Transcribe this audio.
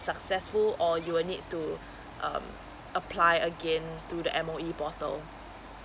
successful or you will need to uh apply again to the M_O_E portal